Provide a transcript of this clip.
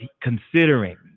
Considering